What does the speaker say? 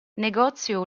negozio